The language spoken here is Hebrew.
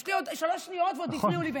יש לי עוד שלוש שניות, וגם הפריעו לי באמצע.